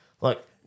Look